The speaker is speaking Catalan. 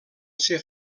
ser